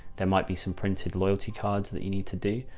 there might be some printed loyalty cards that you need to do.